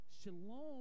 Shalom